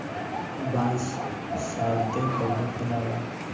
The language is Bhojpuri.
बांस शायदे कबो फुलाला